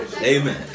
Amen